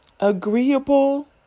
agreeable